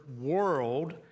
world